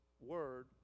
word